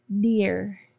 dear